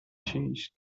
cheese